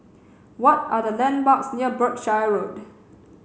what are the landmarks near Berkshire Road